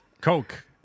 Coke